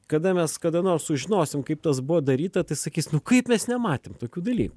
kada mes kada nors sužinosim kaip tas buvo daryta tai sakys nu kaip mes nematėm tokių dalykų